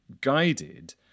guided